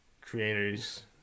creators